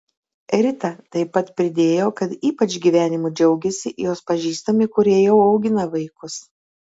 rita taip pat pridėjo kad ypač gyvenimu džiaugiasi jos pažįstami kurie jau augina vaikus